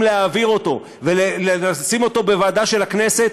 להעביר אותו ולשים אותו בוועדה של הכנסת,